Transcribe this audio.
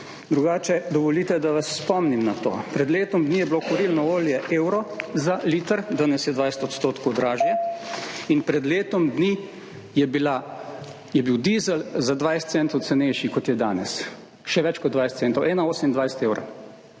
Drugače dovolite, da vas spomnim na to. Pred letom dni je bilo kurilno olje evro za liter, danes je 20 odstotkov dražje in pred letom dni je bila, je bil dizel za 20 centov cenejši, kot je danes, še več kot 20 centov, 1,28 evrov.